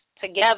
together